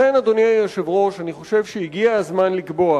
לכן, אדוני היושב-ראש, אני חושב שהגיע הזמן לקבוע